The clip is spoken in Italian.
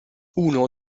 uno